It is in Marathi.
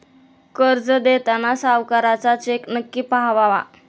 कर्ज देताना सावकाराचा चेक नक्की वापरावा